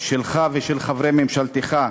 שלך ושל חברי ממשלתך,